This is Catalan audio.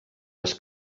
les